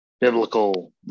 biblical